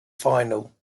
final